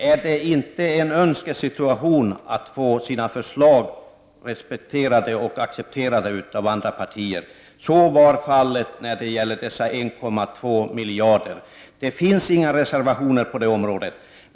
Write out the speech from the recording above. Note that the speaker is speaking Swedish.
Är det inte en önskesituation att få sina förslag respekterade och accepterade av andra partier? Så var fallet när det gäller dessa 1,2 miljarder. Det finns inga reservationer på detta område.